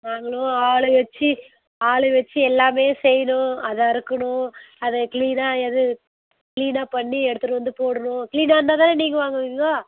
நாங்களும் ஆளை வச்சு ஆளு வச்சு எல்லாமே செய்யணும் அதை அறுக்கணும் அதை க்ளீனாக எதெது க்ளீனாக பண்ணி எடுத்துட்டு வந்து போடணும் க்ளீனாக இருந்தால் தானே நீங்கள் வாங்குவீங்க